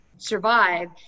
survive